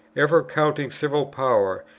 ever courting civil power,